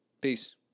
Peace